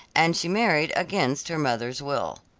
and she married against her mother's will.